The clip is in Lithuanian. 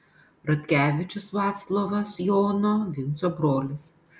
radkevičius vaclovas jono vinco brolis